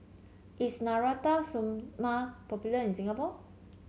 is Natura Stoma popular in Singapore